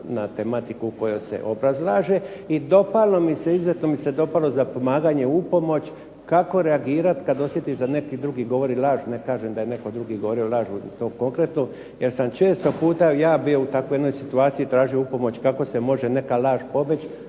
na tematiku o kojoj se obrazlaže. I dopalo mi se, izuzetno mi se dopalo zapomaganje upomoć kako reagirati kada osjetiš da neki drugi govori laž. Ne kažem da je netko drugi govorio laž u tom kontekstu, jer sam često puta ja bio u takvoj jednoj situaciji, tražio u pomoć kako se može neka laž